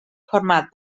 format